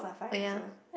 wait ah